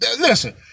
Listen